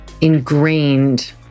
ingrained